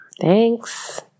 Thanks